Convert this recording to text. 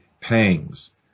pangs